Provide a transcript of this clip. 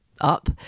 up